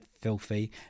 filthy